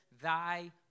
thy